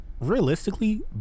realistically